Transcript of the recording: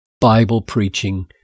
Bible-preaching